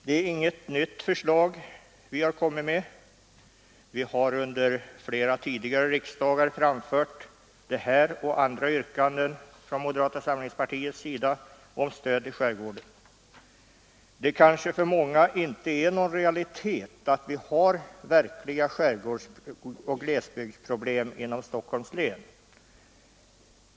Det är inget nytt förslag; vi har från moderata samlingspartiets sida under flera tidigare riksdagar framfört detta och andra yrkanden om stöd till skärgården. Det kanske för många inte är någon realitet att vi har verkliga glesbygdsproblem inom Stockholms län.